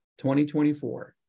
2024